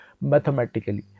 mathematically